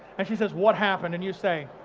and she says what happened, and you say